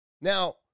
Now